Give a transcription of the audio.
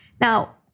Now